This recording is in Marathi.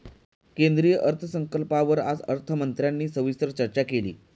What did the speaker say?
केंद्रीय अर्थसंकल्पावर आज अर्थमंत्र्यांनी सविस्तर चर्चा केली